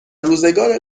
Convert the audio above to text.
روزگار